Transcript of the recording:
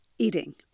eating